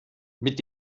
mit